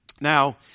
Now